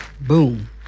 boom